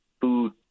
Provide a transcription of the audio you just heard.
food